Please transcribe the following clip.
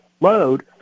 load